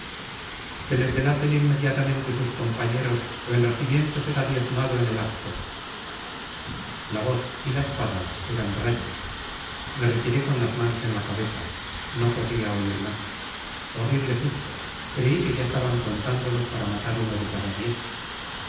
que les delaten inmediatamente sus compañeros o el regimiento será diezmado en el acto la voz y la espada eran rayos me retiré con las manos en la cabeza no podía oír más horrible susto creí que ya estaban contándolos para matar uno de cada diez